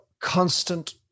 Constant